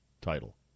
title